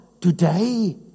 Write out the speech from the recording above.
today